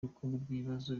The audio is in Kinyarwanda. w’ibibazo